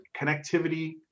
connectivity